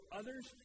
others